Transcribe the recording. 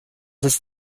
ist